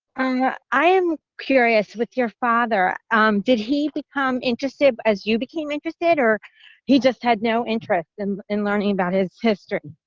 yeah i am curious with your father um did he become interested as you became interested or he just had no interest and in learning about his history.